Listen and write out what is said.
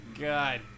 God